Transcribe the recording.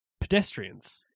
pedestrians